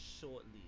shortly